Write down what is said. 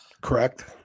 correct